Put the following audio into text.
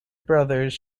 brothers